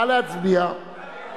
נא להצביע.